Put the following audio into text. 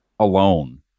Alone